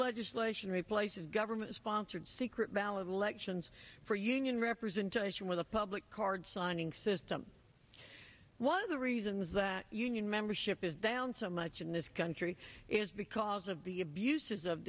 legislation replaces government sponsored secret ballot elections for union representation with a public card signing system one of the reasons that union membership is down so much in this country is because of the abuses of